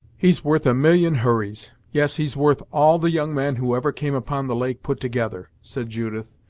he's worth a million hurrys! yes, he's worth all the young men who ever came upon the lake put together, said judith,